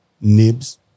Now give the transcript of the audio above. nibs